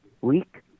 week